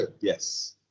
Yes